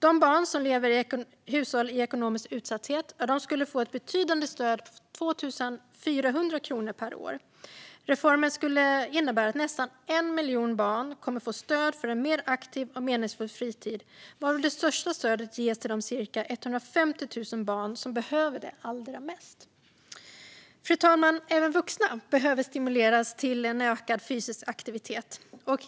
De barn som lever i hushåll i ekonomisk utsatthet skulle få ett betydande stöd på 2 400 kronor per år. Reformen skulle innebära att nästan 1 miljon barn skulle få stöd för en mer aktiv och meningsfull fritid, och det största stödet skulle ges till de cirka 150 000 barn som behöver det allra mest. Fru talman! Även vuxna behöver stimuleras till ökad fysisk aktivitet.